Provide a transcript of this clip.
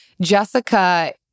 Jessica